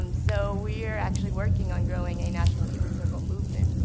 um so we are actually working on growing a national giving circle movement.